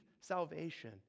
salvation